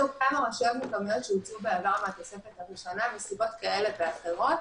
יש כמה רשויות שהוצאו בעבר מהתוספת הראשונה מסיבות כאלה ואחרות,